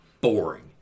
boring